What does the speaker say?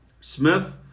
Smith